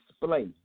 display